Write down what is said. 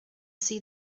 see